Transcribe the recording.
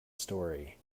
story